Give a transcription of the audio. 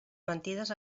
mentides